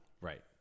right